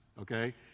okay